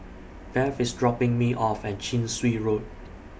Beth IS dropping Me off At Chin Swee Road